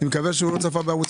מקווה שהוא לא צפה בערוץ